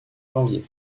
janvier